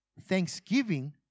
thanksgiving